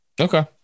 Okay